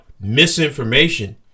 misinformation